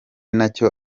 nacyo